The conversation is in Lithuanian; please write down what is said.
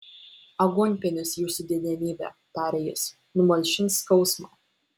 aguonpienis jūsų didenybe tarė jis numalšins skausmą